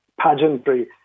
pageantry